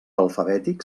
alfabètic